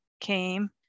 came